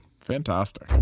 Fantastic